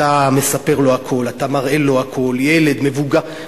אתה מספר לו הכול, אתה מראה לו הכול, ילד, מבוגר.